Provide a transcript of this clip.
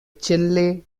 chinle